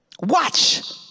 Watch